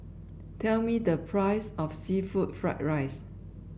tell me the price of seafood Fried Rice